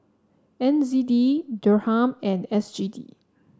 N Z D Dirham and S G D